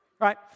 right